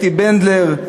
אתי בנדלר,